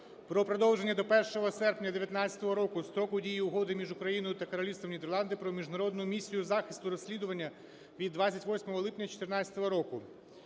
про продовження до 1 серпня 2019 року строку дії Угоди між Україною та Королівством Нідерланди про міжнародну місію захисту розслідування від 28 липня 2014 року.